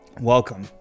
welcome